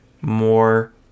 more